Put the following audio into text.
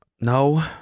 no